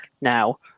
now